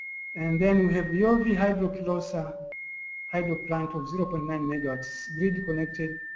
and then we have yovi hydro kilosa hydro plant of zero point nine megawatts, grid connected.